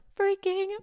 freaking